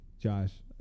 Josh